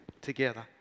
together